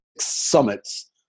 summits